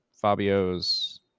Fabio's